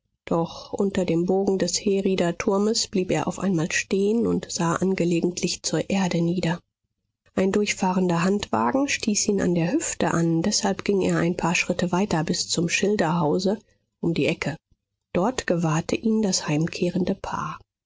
doch unter dem bogen des herrieder turmes blieb er auf einmal stehen und sah angelegentlich zur erde nieder ein durchfahrender handwagen stieß ihn an der hüfte an deshalb ging er ein paar schritte weiter bis zum schilderhause um die ecke dort gewahrte ihn das heimkehrende paar